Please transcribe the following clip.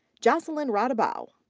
jocelyn rodibaugh.